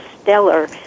stellar